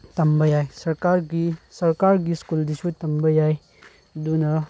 ꯇꯝꯕ ꯌꯥꯏ ꯁꯔꯀꯥꯔꯒꯤ ꯁꯔꯀꯥꯔꯒꯤ ꯁ꯭ꯀꯨꯜꯗꯁꯨ ꯇꯝꯕ ꯌꯥꯏ ꯑꯗꯨꯅ